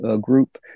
group